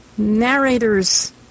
Narrators